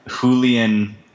Julian